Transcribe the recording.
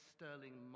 Sterling